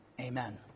amen